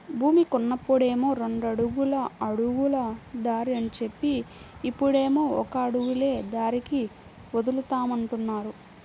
భూమి కొన్నప్పుడేమో రెండడుగుల అడుగుల దారి అని జెప్పి, ఇప్పుడేమో ఒక అడుగులే దారికి వదులుతామంటున్నారు